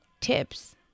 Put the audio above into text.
tips